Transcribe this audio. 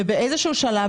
ובאיזשהו שלב,